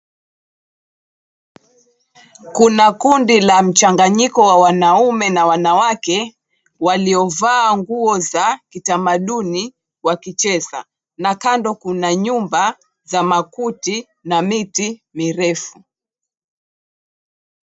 Kuna kundi la mchanganyiko wa wanaume na wanawake, waliovaa nguo za kitamaduni wakicheza, na kando kuna nyumba za makuti na miti mirefu.